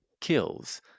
kills